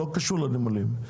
לא קשור לנמלים.